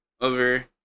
over